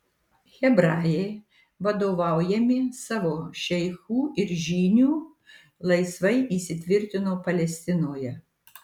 hebrajai vadovaujami savo šeichų ir žynių laisvai įsitvirtino palestinoje